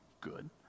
good